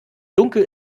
dunkel